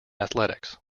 athletics